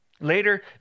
Later